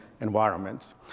environments